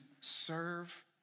serve